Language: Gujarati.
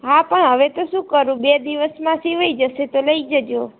હા પણ હવે તોહ શું કરૂ બે દિવસમાં સિવાઈ જશે તો લઈ જજો